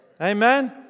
Amen